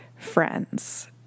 friends